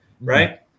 Right